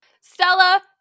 Stella